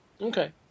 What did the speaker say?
Okay